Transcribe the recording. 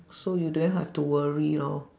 so you don't have to worry lor